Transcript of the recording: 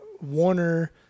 Warner